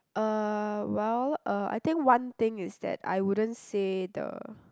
uh well uh I think one thing is that I wouldn't say the